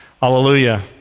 Hallelujah